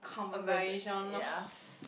uh ya